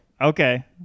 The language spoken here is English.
Okay